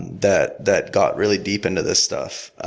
that that got really deep into this stuff.